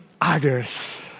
others